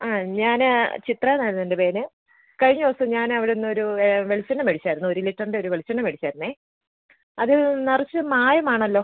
ആ ഞാൻ ചിത്ര എന്ന് ആയിരുന്നു എൻ്റെ പേര് കഴിഞ്ഞ ദിവസം ഞാൻ അവിടുന്നൊരു വെളിച്ചെണ്ണ മേടിച്ചായിരുന്നു ഒരു ലിറ്ററിൻ്റെ ഒരു വെളിച്ചെണ്ണ മേടിച്ചായിരുന്നു അത് നിറച്ചും മായം ആണല്ലോ